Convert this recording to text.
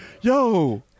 Yo